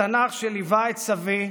התנ"ך שליווה את סבי,